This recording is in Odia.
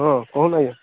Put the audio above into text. ହଁ କହନ୍ତୁ ଆଜ୍ଞା